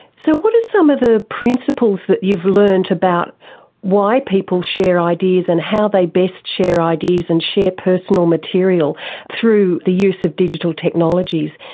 so what are some of the principles that you've learned about why people share ideas and how they best share ideas and share personal material through the use of digital technologies?